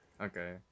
okay